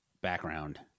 background